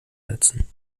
setzen